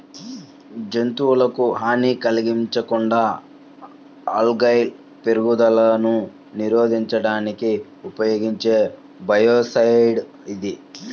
జంతువులకు హాని కలిగించకుండా ఆల్గల్ పెరుగుదలను నిరోధించడానికి ఉపయోగించే బయోసైడ్ ఇది